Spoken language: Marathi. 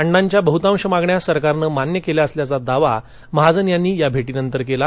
अण्णांच्या बहतांश मागण्या सरकारने मान्य केला असल्याचा दावा महाजन यांनी या भेटीनंतर केला